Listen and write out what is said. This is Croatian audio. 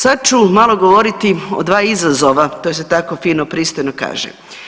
Sad ću malo govoriti o dva izazova, to se tako fino, pristojno kaže.